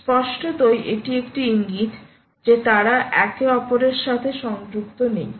স্পষ্টতই এটি একটি ইঙ্গিত যে তারা একে অপরের সাথে সংযুক্ত নেই